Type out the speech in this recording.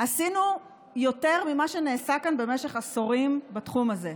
עשינו יותר ממה שנעשה כאן במשך עשורים בתחום הזה.